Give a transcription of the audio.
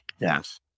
yes